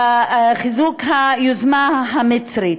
חיזוק היוזמה המצרית.